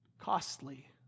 costly